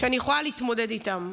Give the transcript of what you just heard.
יש טענות שאני יכולה להתמודד איתן.